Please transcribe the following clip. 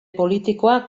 politikoa